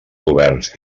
governs